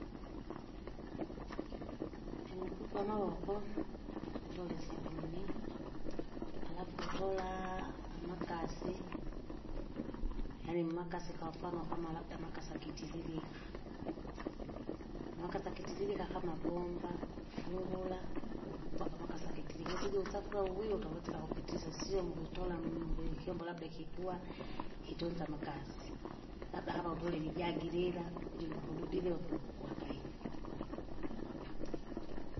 uvupukwa amavoko, utole isabuni, alafu utolaa amakasi, yaani mmakasi kwamfano kama labda amakasi akitililika, amakasi akitililika kama bomba ufungura, ukukwa pamakasi akilikisa uju usafi wula wuwiuta wusika kupitiliza sio mukitola mu- mkikyombo labda ikitua, kitunze amakasi, labda kama utole ilijagi lila, ujungi ukududilia uku- kwakaivi.